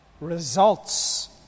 results